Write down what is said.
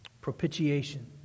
propitiation